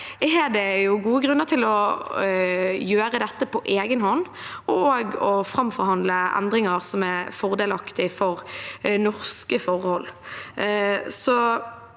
er det gode grunner til å gjøre dette på egen hånd og også å framforhandle endringer som er fordelaktige for norske forhold.